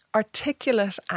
articulate